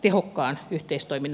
arvoisa puhemies